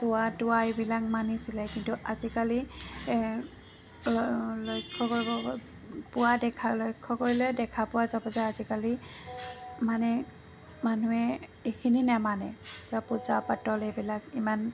চোৱা তোৱা এইবিলাক মানিছিলে কিন্তু আজিকালি লক্ষ্য কৰিব পোৱা দেখা লক্ষ্য কৰিলে দেখা পোৱা যাব যে আজিকালি মানে মানুহে এইখিনি নামানে পূজা পাতল এইবিলাক ইমান